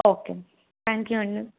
okay thank you అండి